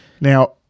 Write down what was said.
Now